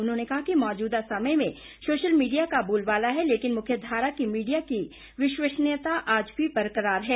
उन्होंने कहा कि मौजूदा समय में सोशल मीडिया का बोलवाला है लेकिन मुख्य धारा की मीडिया की विश्वसनीयता आज भी बरकरार है